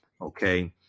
Okay